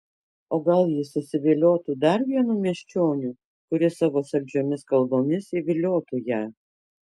o gal ji susiviliotų dar vienu miesčioniu kuris savo saldžiomis kalbomis įviliotų ją